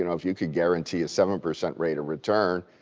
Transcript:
you know if you could guarantee a seven percent rate of return,